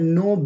no